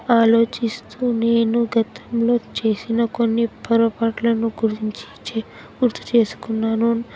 ఆలోచిస్తు నేను గతంలో చేసిన కొన్ని పొరపాట్లను గురించి చే గుర్తు చేసుకున్నాను